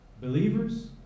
Believers